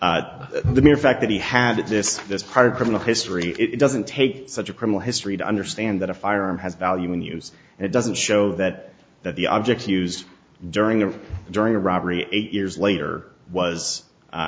firearm the mere fact that he had this this prior criminal history it doesn't take such a criminal history to understand that a firearm has value in use it doesn't show that that the object used during a during a robbery eight years later was